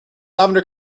lavender